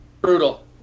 Brutal